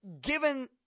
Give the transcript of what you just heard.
given